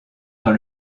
dans